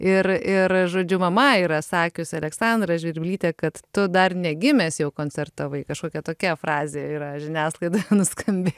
ir ir žodžiu mama yra sakiusi aleksandra žvirblytė kad tu dar negimęs jau koncertavai kažkokia tokia frazė yra žiniasklaidoje nuskambėti